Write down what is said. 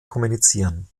kommunizieren